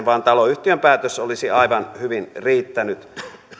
vaan taloyhtiön päätös olisi aivan hyvin riittänyt